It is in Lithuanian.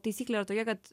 taisyklė yra tokia kad